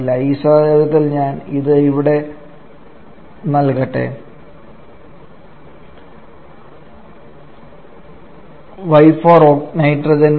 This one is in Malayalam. ഈ സാഹചര്യത്തിൽ ഞാൻ ഇത് ഇവിടെ നൽകട്ടെ y for nitrogen 0